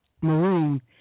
maroon